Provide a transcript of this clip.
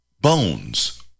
Bones